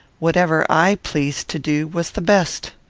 whatever i pleased to do was the best.